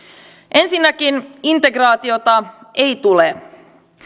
ensinnäkään integraatiota ei tule